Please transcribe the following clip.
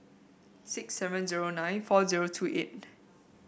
six seven zero nine four zero two eight